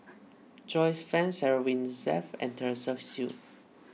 Joyce Fan Sarah Winstedt and Teresa Hsu